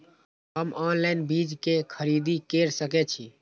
हम ऑनलाइन बीज के खरीदी केर सके छी?